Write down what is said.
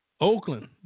Oakland